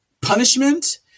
punishment